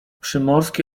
przymorski